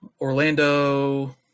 Orlando